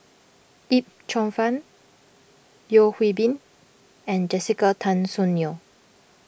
Yip Cheong Fun Yeo Hwee Bin and Jessica Tan Soon Neo